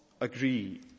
agree